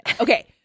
Okay